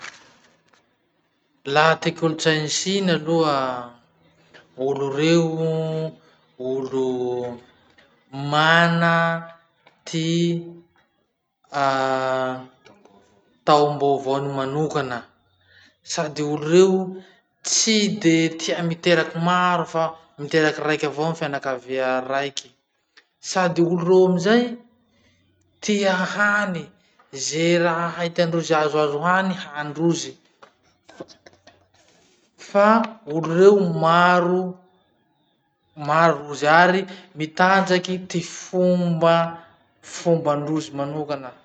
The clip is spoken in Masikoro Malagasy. Laha ty kolotsain'ny Chine aloha, olo reo olo mana ty taom-baovaony manokana sady olo reo tsy de tia miteraky maro fa miteraky raiky avao amy fianakavia raiky. Sady olo reo amizay tia hany, ze raha hay tiandrozy azo azo hany hanindrozy. Fa olo reo maro, maro rozy ary mitanjaky ty fombafombandrozy manokana.